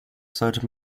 sollte